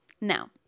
Now